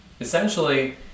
essentially